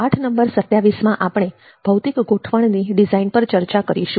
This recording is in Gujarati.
પાઠ નંબર 27 માં આપણે ભૌતિક ગોઠવણ ની ડિઝાઇન પર ચર્ચા કરીશું